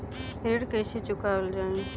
ऋण कैसे चुकावल जाई?